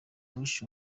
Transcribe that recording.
bush